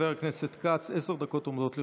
חבר הכנסת כץ, עשר דקות עומדות לרשותך.